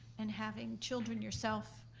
and having children yourself,